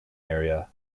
area